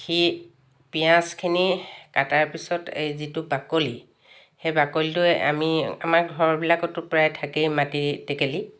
সি পিঁয়াজখিনি কটাৰ পিছত এই যিটো বাকলি সেই বাকলিটোৱে আমি আমাৰ ঘৰবিলাকতো প্ৰায় থাকেই মাটিৰ টেকেলি